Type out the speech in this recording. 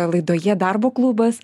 laidoje darbo klubas